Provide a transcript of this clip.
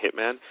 Hitman